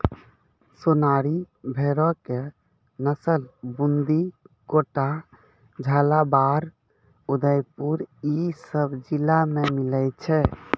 सोनारी भेड़ो के नस्ल बूंदी, कोटा, झालाबाड़, उदयपुर इ सभ जिला मे मिलै छै